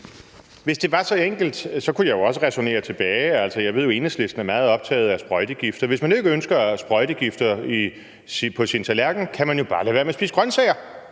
Hvis det var så enkelt, kunne jeg jo returnere den og sige, at jeg ved, at Enhedslisten er meget optaget af sprøjtegifte, og hvis man ikke ønsker sprøjtegift på sin tallerken, kan man bare lade være med at spise grønsager.